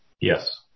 Yes